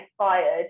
inspired